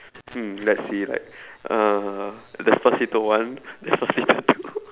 hmm let's see like uh despacito one despacito two